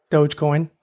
Dogecoin